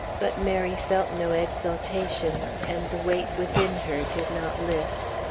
but mary felt no exultation, and the weight within her did not lift.